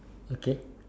okay